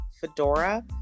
fedora